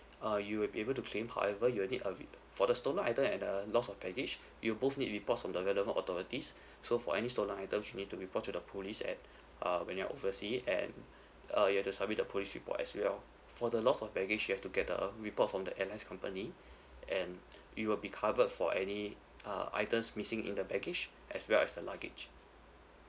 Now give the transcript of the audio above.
uh you will be able to claim however you will need a for the stolen item and a loss of baggage you both need reports from the relevant authorities so for any stolen item she need to report to the police at uh when you are overseas and uh you have to submit the police report as well for the loss of baggage you have to get the report from the airlines company and we will be covered for any uh items missing in the baggage as well as the luggage